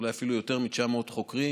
אולי אפילו יותר מ-900 חוקרים.